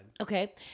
Okay